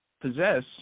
possess